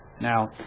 Now